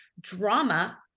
drama